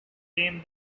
came